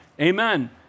amen